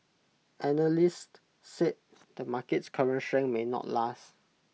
analysts said the market's current strength may not last